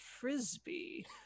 frisbee